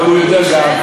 יכול להיות שעכשיו,